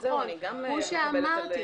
הוא שאמרתי